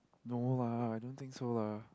no lah I don't think so lah